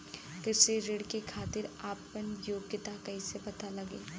कृषि ऋण के खातिर आपन योग्यता कईसे पता लगी?